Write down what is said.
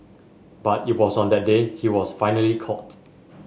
but it was on that day he was finally caught